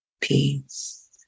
peace